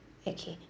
okay